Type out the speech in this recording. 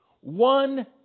one